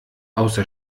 außer